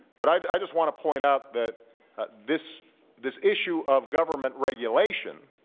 but i just want to point out that this this issue of government regulation,